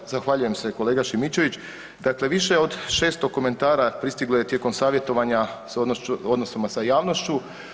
Evo zahvaljujem se kolega Šimičević, dakle više od 600 komentara pristiglo je tijekom savjetovanja s odnosima s javnošću.